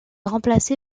remplacé